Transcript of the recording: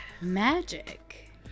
Magic